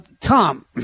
Tom